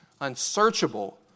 unsearchable